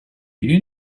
you